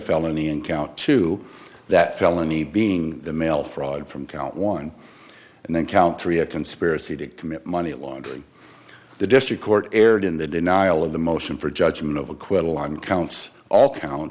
felony in count two that felony being the mail fraud from count one and then count three a conspiracy to commit money laundering the district court erred in the denial of the motion for judgment of acquittal on counts all